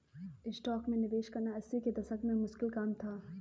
stocks में निवेश करना अस्सी के दशक में मुश्किल काम था